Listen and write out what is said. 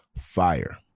fire